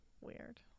weird